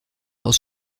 aus